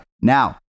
Now